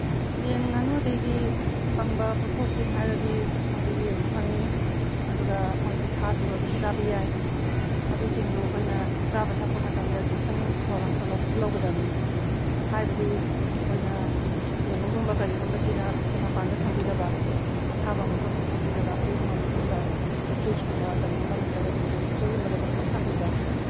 ꯌꯦꯟ ꯉꯥꯅꯨꯗꯒꯤ ꯐꯪꯕ ꯄꯣꯠꯊꯣꯛꯁꯤꯡ ꯍꯥꯏꯔꯗꯤ ꯃꯣꯏꯗꯒꯤ ꯌꯦꯔꯨꯝ ꯐꯪꯉꯤ ꯑꯗꯨꯒ ꯃꯣꯏꯒꯤ ꯁꯥꯁꯨ ꯑꯗꯨꯝ ꯆꯥꯕ ꯌꯥꯏ ꯑꯗꯨꯁꯤꯡꯗꯨ ꯑꯩꯈꯣꯏꯅ ꯆꯥꯕ ꯊꯛꯄ ꯃꯇꯝꯗ ꯆꯦꯛꯁꯤꯟ ꯊꯧꯔꯥꯡꯁꯨ ꯂꯧꯒꯗꯕꯅꯤ ꯍꯥꯏꯕꯗꯤ ꯑꯩꯈꯣꯏꯅ ꯌꯦꯔꯨꯝꯒꯨꯝꯕ ꯀꯔꯤꯒꯨꯝꯕꯁꯤꯅ ꯃꯄꯥꯟꯗ ꯊꯝꯕꯤꯗꯕ ꯑꯁꯥꯕ ꯃꯐꯝꯗ ꯊꯝꯕꯤꯗꯕ ꯑꯏꯪꯕ ꯃꯐꯝꯗ ꯍꯥꯏꯗꯤ ꯐ꯭ꯔꯤꯖꯀꯨꯝꯕ ꯀꯔꯤꯒꯨꯝꯕ ꯅꯠꯇ꯭ꯔꯒ ꯔꯨꯝ ꯇꯦꯝꯄꯔꯦꯆꯔꯒꯨꯝꯕꯗ ꯐꯖꯅ ꯊꯝꯕꯤꯕ